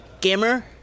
Gamer